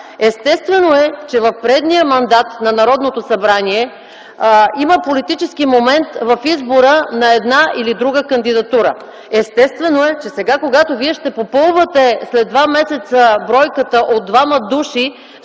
Естествено е, че в предния мандат на Народното събрание има политически момент в избора на една или друга кандидатура. Естествено е, че сега, когато след два месеца ще попълвате бройката от двама души